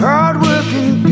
Hard-working